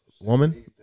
woman